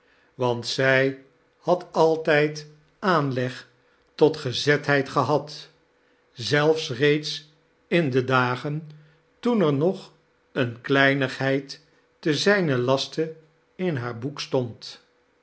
want zij had altijd aanleg tot geizetheid gehad zelfs reeds in de dageii toen er nog eerie kleinigheid te zijnen laste in haar boek stond